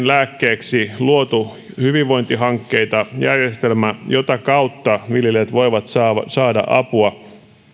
lääkkeeksi luotu hyvinvointihankkeita järjestelmä jota kautta viljelijät voivat saada saada apua